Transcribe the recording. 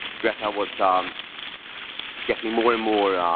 greta was ah um getting more and more